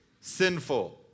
sinful